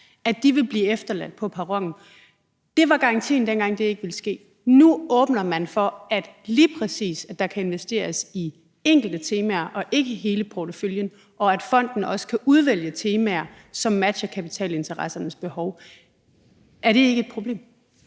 et handicap er, som det er. Dengang garanterede man, at det ikke ville ske. Nu åbner man for, at der lige præcis kan investeres i enkelte temaer og ikke i hele porteføljen, og at fonden også kan udvælge temaer, som matcher kapitalinteressernes behov. Er det ikke et problem?